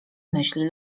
myśli